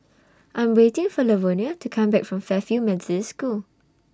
I Am waiting For Lavonia to Come Back from Fairfield Methodist School